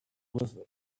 with